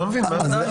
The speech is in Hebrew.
אני לא מבין.